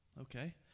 okay